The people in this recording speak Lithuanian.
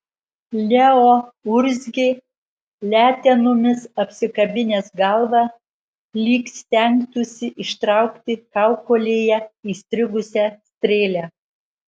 leo urzgė letenomis apsikabinęs galvą lyg stengtųsi ištraukti kaukolėje įstrigusią strėlę